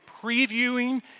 previewing